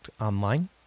Online